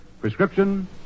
Prescription